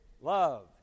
love